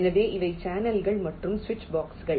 எனவே இவை சேனல்கள் மற்றும் சுவிட்ச்பாக்ஸ்கள்